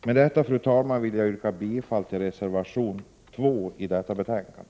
Med detta vill jag yrka bifall till reservation 2 i detta betänkande.